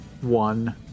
One